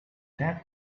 that